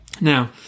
Now